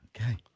Okay